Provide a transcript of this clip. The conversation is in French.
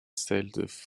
feuilles